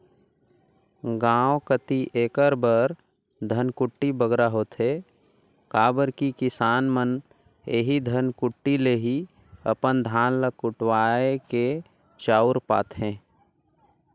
गाँव कती एकर बर धनकुट्टी बगरा होथे काबर कि किसान मन एही धनकुट्टी ले ही अपन धान ल कुटवाए के चाँउर पाथें